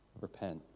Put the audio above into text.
repent